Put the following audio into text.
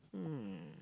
hmm